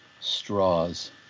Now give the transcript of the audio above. straws